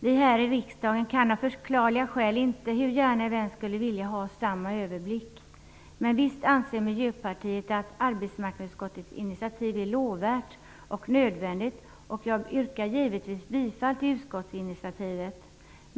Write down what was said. Vi här i riksdagen kan av förklarliga skäl inte, hur gärna vi än skulle vilja det, ha samma överblick, men visst anser Miljöpartiet att arbetsmarknadsutskottets initiativ är lovvärt och nödvändigt. Jag yrkar givetvis bifall till utskottsinitiativet.